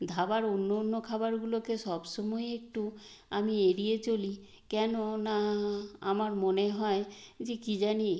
ধাবার অন্য অন্য খাবারগুলোকে সব সময়ই একটু আমি এড়িয়ে চলি কেননা আমার মনে হয় যে কী জানি